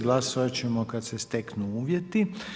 Glasovat ćemo kad se steknu uvjeti.